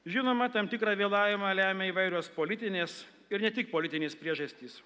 žinoma tam tikrą vėlavimą lemia įvairios politinės ir ne tik politinės priežastys